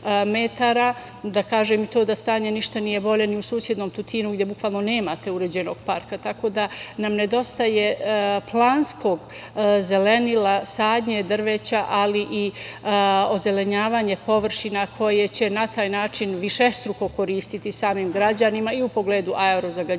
Da kažem i to da stanje ništa nije bolje ni u susednom Tutinu gde bukvalno nemate uređenog parka. Tako da nam nedostaje planskog zelenila, sadnje drveća, ali i ozelenjavanje površina koje će na taj način višestruko koristiti samim građanima i u pogledu aerozagađenja